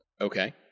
Okay